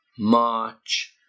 march